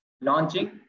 launching